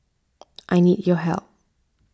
I need your help